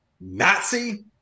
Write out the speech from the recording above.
Nazi